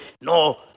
No